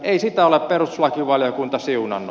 ei sitä ole perustuslakivaliokunta siunannut